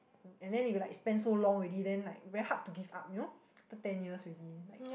um and then they be like spend so long already then like very hard to give up you know ten years already like